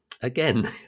again